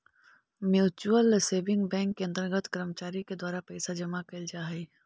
mutual saving bank के अंतर्गत कर्मचारी के द्वारा पैसा जमा कैल जा हइ